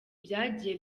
byagiye